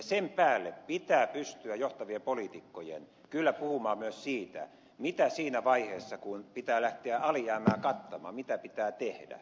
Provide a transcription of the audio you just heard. sen päälle pitää pystyä johtavien poliitikkojen kyllä puhumaan myös siitä mitä siinä vaiheessa kun pitää lähteä alijäämää kattamaan pitää tehdä